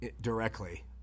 directly